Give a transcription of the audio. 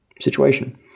situation